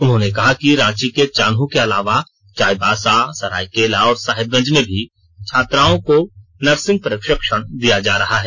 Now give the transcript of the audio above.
उन्होंने कहा कि रांची के चान्हों के अलावा चाईबासा सरायकेला और साहेबगंज में भी छात्राओं को नर्सिंग प्रशिक्षण दिया जा रहा है